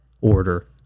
order